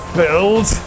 build